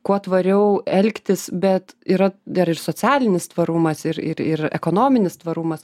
kuo tvariau elgtis bet yra dar ir socialinis tvarumas ir ir ir ekonominis tvarumas